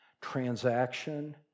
transaction